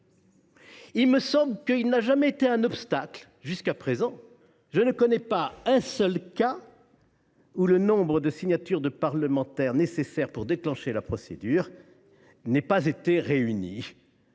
il me semble qu’il n’a jamais été un obstacle jusqu’à présent. En effet, je ne connais pas un seul cas où le nombre de signatures de parlementaires nécessaires pour déclencher la procédure n’ait pas été atteint.